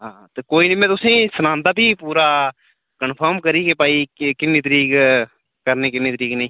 हां ते कोई निं में तुसें ई सनांदा भी पूरा कनफर्म करियै भाई कि किन्नी तरीक करनी किन्नी तरीक नेईं